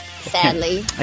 Sadly